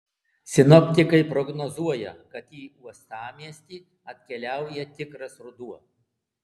sinoptikai prognozuoja kad į uostamiestį atkeliauja tikras ruduo